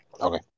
Okay